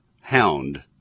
hound